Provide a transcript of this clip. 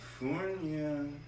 California